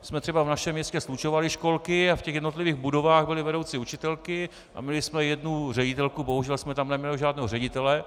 My jsme třeba v našem městě slučovali školky a v těch jednotlivých budovách byly vedoucí učitelky, měli jsme jednu ředitelku, bohužel jsme tam neměli žádného ředitele.